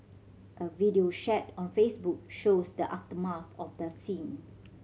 a video shared on Facebook shows the aftermath at the scene